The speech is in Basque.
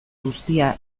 guztia